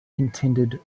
intended